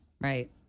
Right